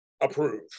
Approve